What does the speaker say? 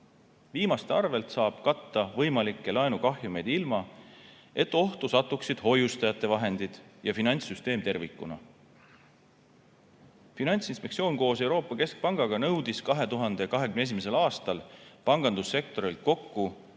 Viimaste arvel saab katta võimalikke laenukahjumeid ilma, et ohtu satuksid hoiustajate vahendid ja finantssüsteem tervikuna. Finantsinspektsioon koos Euroopa Keskpangaga nõudis 2021. aastal pangandussektorilt kokku